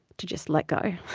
to just let go.